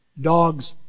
dogs